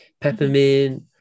peppermint